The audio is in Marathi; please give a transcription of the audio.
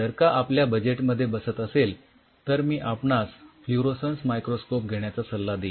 जर का आपल्या बजेट मध्ये बसत असेल तर मी आपणास फ्लुरोसन्स मायक्रोस्कोप घेण्याचा सल्ला देईन